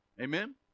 Amen